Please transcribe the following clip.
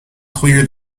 clear